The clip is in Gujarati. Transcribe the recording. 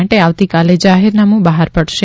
માટે આવતીકાલે જાહેરનામું બહાર પડશે